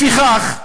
לפיכך"